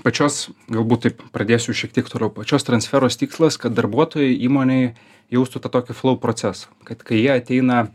pačios galbūt taip pradėsiu šiek tiek toliau pačios transferos tikslas kad darbuotojai įmonėj jaustų tą tokį procesą kad kai jie ateina